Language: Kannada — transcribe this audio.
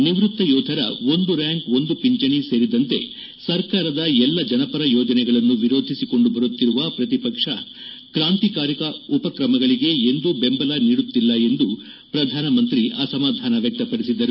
ನಿವ್ವಕ್ತ ಯೋಧರ ಒಂದು ರ್ಬಾಂಕ್ ಒಂದು ಪಿಂಚಣಿ ಸೇರಿದಂತೆ ಸರ್ಕಾರದ ಎಲ್ಲ ಜನಪರ ಯೋಜನೆಗಳನ್ನು ವಿರೋಧಿಸಿಕೊಂಡು ಬರುತ್ತಿರುವ ಪ್ರತಿಪಕ್ಷ ಕಾಂತಿಕಾರಿಕ ಉಪಕ್ರಮಗಳಿಗೆ ಎಂದೂ ಬೆಂಬಲ ನೀಡುತ್ತಿಲ್ಲ ಎಂದು ಅಸಮಾಧಾನ ವ್ಯಕ್ತಪಡಿಸಿದರು